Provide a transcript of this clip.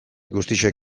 guztiak